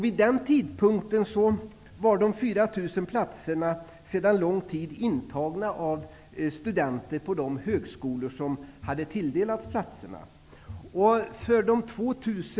Vid den tidpunkten var de 4 000 platserna sedan lång tid intagna av studenter på de högskolor som tilldelats platserna.